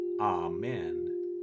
Amen